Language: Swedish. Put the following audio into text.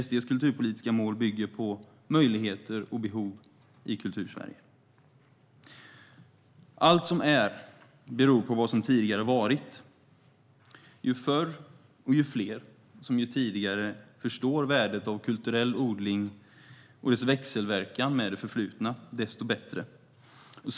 SD:s kulturpolitiska mål bygger på möjligheter och behov i Kultursverige. Allt som är beror på vad som tidigare varit. Ju fler som tidigare förstår värdet av kulturell odling och dess växelverkan med det förflutna, desto bättre är det.